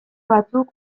batzuk